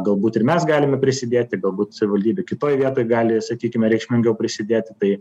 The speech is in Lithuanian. galbūt ir mes galime prisidėti galbūt savivaldybė kitoj vietoj gali sakykime reikšmingiau prisidėti tai